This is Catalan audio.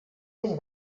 est